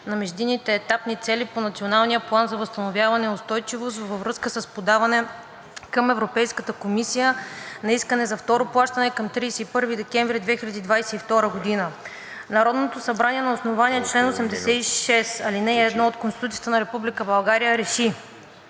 на междинните етапни цели по Националния план за възстановяване и устойчивост, във връзка с подаване към Европейската комисия на искане за второ плащане към 31 декември 2022 г. Народното събрание на основание чл. 86, ал. 1 от Конституцията на Република България РЕШИ: